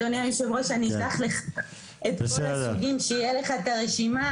אדוני היושב ראש אני אשלח לך את כל הסוגים שיהיה לך את הרשימה,